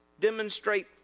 demonstrate